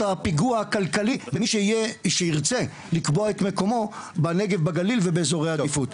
הפיגוע הכלכלי במי שירצה לקבוע את מקומות בנגב ובגליל ובאזורי עדיפות.